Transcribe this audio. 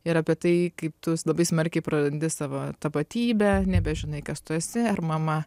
ir apie tai kaip tu labai smarkiai prarandi savo tapatybę nebežinai kas tu esi ar mama